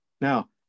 Now